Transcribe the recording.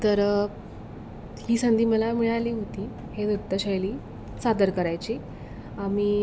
तर ही संधी मला मिळाली होती हे नृत्यशैली सादर करायची आम्ही